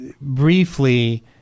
briefly